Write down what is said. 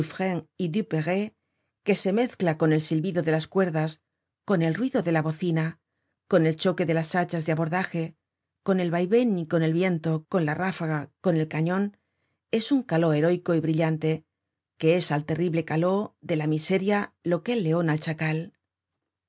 que se mezcla con el silbido de las cuerdas con el ruido de la bocina con el choque de las hachas de abordaje con el vaivén con el viento con la ráfaga con el cañon es un caló heroico y brillante que es al terrible caló de la miseria lo que el leon al chacal